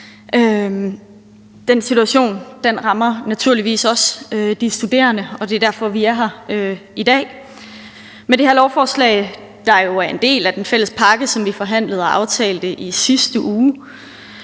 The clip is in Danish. Den situation rammer naturligvis også de studerende, og det er derfor, vi er her i dag. Med det her lovforslag, der jo er en del af den fælles pakke, som vi forhandlede og aftalte i sidste uge,